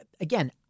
again